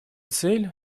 цель